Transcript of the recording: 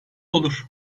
olur